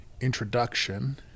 introduction